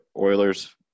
Oilers